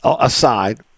aside